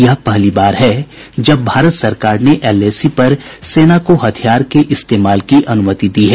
यह पहली बार है जब भारत सरकार ने एलएसी पर सेना को हथियार के इस्तेमाल की अनुमति दी है